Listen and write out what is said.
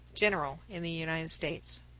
general in the united states.